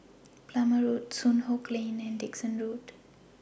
Plumer Road Soon Hock Lane and Dickson Road